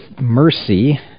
mercy